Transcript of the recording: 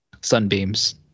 sunbeams